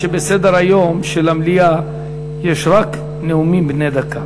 שבסדר-היום של המליאה יש רק נאומים בני דקה,